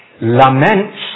laments